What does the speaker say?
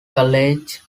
college